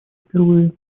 впервые